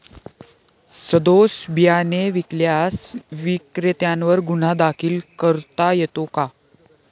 सदोष बियाणे विकल्यास विक्रेत्यांवर गुन्हा दाखल करता येतो का?